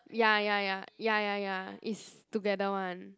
ya ya ya ya ya ya is together [one]